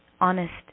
Honest